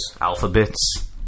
Alphabets